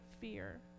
fear